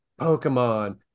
pokemon